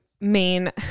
main